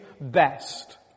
best